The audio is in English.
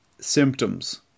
symptoms